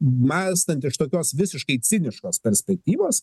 mąstant iš tokios visiškai ciniškos perspektyvos